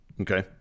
Okay